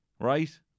right